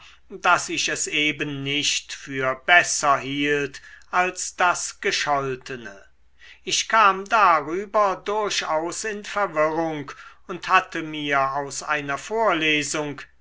daß ich es eben nicht für besser hielt als das gescholtene ich kam darüber durchaus in verwirrung und hatte mir aus einer vorlesung